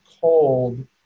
cold